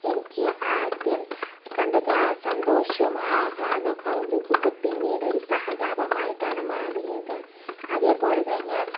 എനിക്ക് ആദ്യം കണ്ടത് ആ സന്തോഷവും ആ ആഹ്ളാദവും കൗതുകാവുമൊക്കെ പിന്നീടൊര് സഹതാപമായിട്ടാണ് മാറിയത് അതേപോലെ തന്നെ